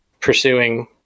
pursuing